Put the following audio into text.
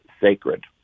sacred